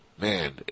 Man